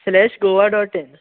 slash Goa dot in